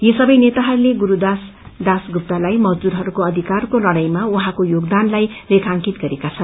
यी सबै नेताहरूले गुरूदास दासगुत्तलाई मजदूरहरूको अधिकारको लडाईमा उहाँको योदानलाई रेखाकित गरेका छन्